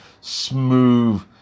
smooth